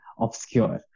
obscure